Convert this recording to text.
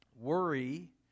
Worry